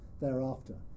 thereafter